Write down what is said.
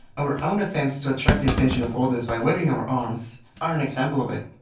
our own attempts to attract the attention of others by waving our arms are an example of it.